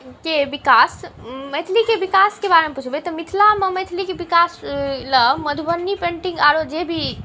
मैथिलीके विकासके बारेमे पुछबै तऽ मिथिलामे मैथिलीक विकास लेल मधुबनी पेंटिंग आरो जे भी